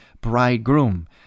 bridegroom